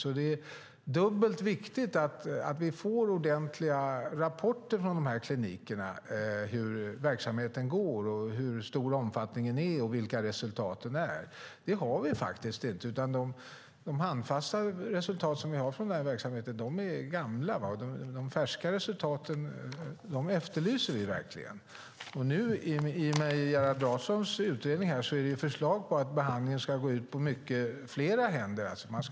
Det är dubbelt viktigt att vi får ordentliga rapporter från klinikerna om hur verksamheten går, hur stor omfattningen är och vilka resultaten är. De finns inte. De handfasta resultat som finns från verksamheten är gamla. Vi efterlyser verkligen de färska resultaten. I Gerhard Larssons utredning finns förslag på att behandlingen ska gå ut på fler händer.